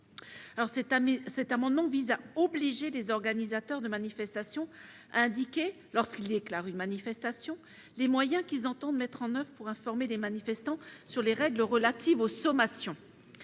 ? L'amendement n° 10 vise à obliger les organisateurs de manifestations à indiquer, lorsqu'ils déclarent une manifestation, les moyens qu'ils entendent mettre en oeuvre pour informer les manifestants sur les règles relatives aux sommations.